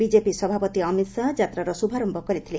BJP ସଭାପତି ଅମିତ୍ ଶାହା ଯାତ୍ରାର ଶୁଭାରମ୍ଭ କରିଥିଲେ